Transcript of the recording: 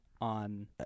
on